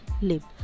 live